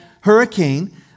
hurricane